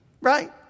right